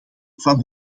van